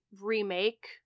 remake